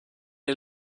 est